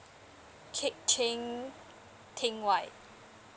keat cheng ting wai